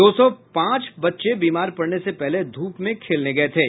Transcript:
दो सौ पांच बच्चे बीमार पड़ने से पहले ध्रप में खेलने गये थे